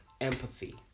empathy